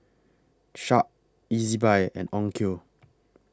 Sharp Ezbuy and Onkyo